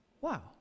Wow